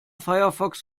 firefox